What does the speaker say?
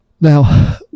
Now